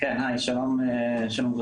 כן היי, שלום גברתי.